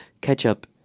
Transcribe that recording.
ketchup